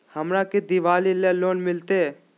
हमरा के दिवाली ला लोन मिलते?